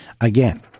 Again